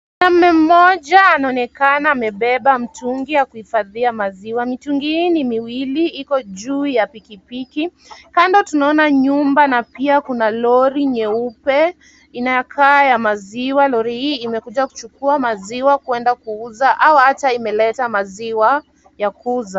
Mwanamume mmoja anaonekana amebeba mtungi wa kuhifadhia maziwa, mitungi hii ni miwili, iko juu ya pikipiki, kando tunaona nyumba na pia kuna lori nyeupe, inakaa ya maziwa, lori hili limekuja kuchukua maziwa kwenda kuuza au hata limeleta maziwa ya kuuza.